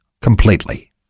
Completely